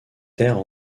terres